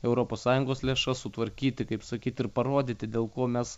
europos sąjungos lėšas sutvarkyti kaip sakyti ir parodyti dėl ko mes